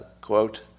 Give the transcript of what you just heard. quote